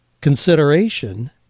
consideration